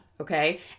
okay